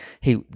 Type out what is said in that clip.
hey